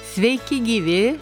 sveiki gyvi